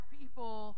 people